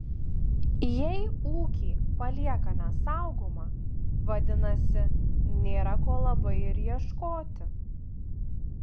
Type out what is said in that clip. jei ūkį palieka nesaugomą vadinasi nėra ko labai ir ieškoti